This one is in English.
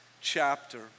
chapter